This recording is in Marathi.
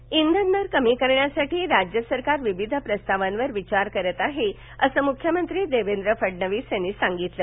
मख्यमंत्री इंधन दर कमी करण्यासाठी राज्य सरकार विविध प्रस्तावांवर विचार करत आहे असं मुख्यमंत्री देवेंद्र फडणवीस यांनी सांगितलं